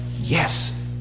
Yes